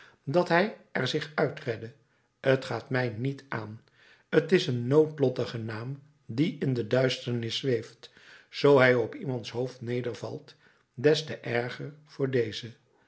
dat hij er zich uitredde t gaat mij niet aan t is een noodlottige naam die in de duisternis zweeft zoo hij op iemands hoofd nedervalt des te erger voor dezen